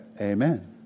amen